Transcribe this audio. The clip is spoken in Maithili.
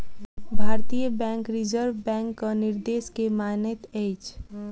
भारतीय बैंक रिजर्व बैंकक निर्देश के मानैत अछि